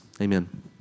Amen